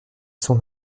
son